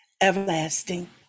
everlasting